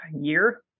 year